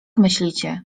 myślicie